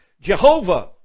Jehovah